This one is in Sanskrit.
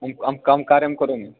अम् अं कं कार्यं करोमि